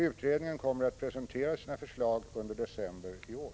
Utredningen kommer att presentera sina förslag under december i år.